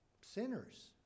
sinners